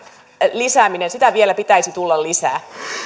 lisäämistä vielä pitäisi tulla lisää